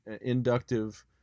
inductive